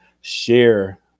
share